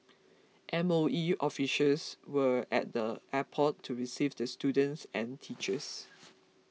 M O E officials were at the airport to receive the students and teachers